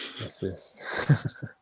Yes